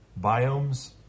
biomes